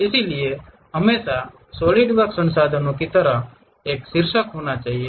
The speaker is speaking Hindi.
इसलिए हमेशा सॉलिड वर्क्स संसाधनों की तरह एक शीर्षक होना चाहिए